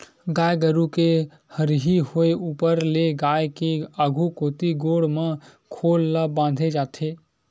गाय गरु के हरही होय ऊपर ले गाय के आघु कोती गोड़ म खोल ल बांधे जाथे